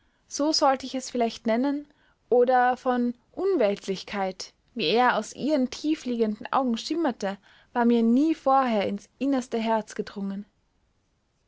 so sollte ich es vielleicht nennen oder von unweltlichkeit wie er aus ihren tiefliegenden augen schimmerte war mir nie vorher ins innerste herz gedrungen